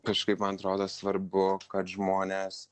kažkaip man atrodo svarbu kad žmonės